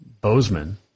Bozeman